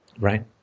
Right